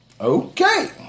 Okay